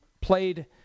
played